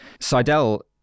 Seidel